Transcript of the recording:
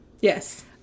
Yes